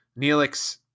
Neelix